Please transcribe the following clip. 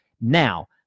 Now